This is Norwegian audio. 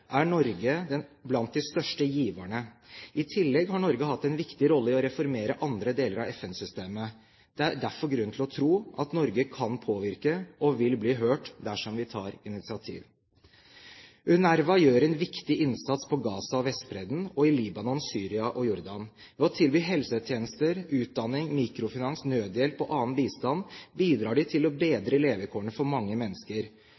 er Norge blant de største giverne. I tillegg har Norge hatt en viktig rolle i å reformere andre deler av FN-systemet. Det er derfor grunn til å tro at Norge kan påvirke og vil bli hørt dersom vi tar initiativ. UNRWA gjør en viktig innsats på Gaza og Vestbredden og i Libanon, Syria og Jordan. Ved å tilby helsetjenester, utdanning, mikrofinans, nødhjelp og annen bistand bidrar de til å bedre levekårene for mange mennesker.